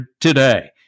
today